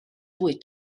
wyt